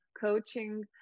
coaching